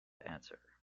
answer